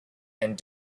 and